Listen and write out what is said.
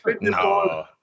No